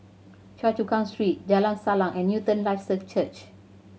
Choa Chu Kang Street Jalan Salang and Newton Life Church